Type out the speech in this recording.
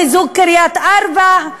חיזוק קריית-ארבע,